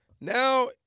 Now